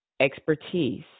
Expertise